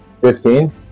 Fifteen